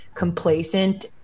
complacent